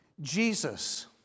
Jesus